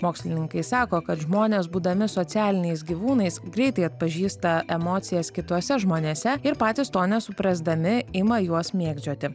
mokslininkai sako kad žmonės būdami socialiniais gyvūnais greitai atpažįsta emocijas kituose žmonėse ir patys to nesuprasdami ima juos mėgdžioti